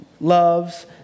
loves